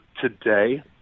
today